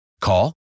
Call